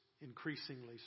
increasingly